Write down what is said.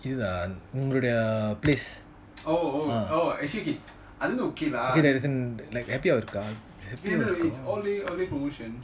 இத உங்களோடிய:itha ungalodiya place that is in a bit happy hour இருக்க:iruka